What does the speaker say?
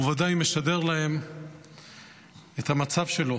ובוודאי משדר להם את המצב שלו.